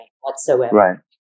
whatsoever